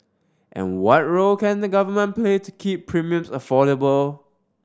and what role can the Government play to keep premiums affordable